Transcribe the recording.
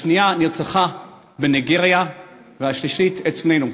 השנייה נרצחה במאלי והשלישית אצלנו,